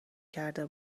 کرده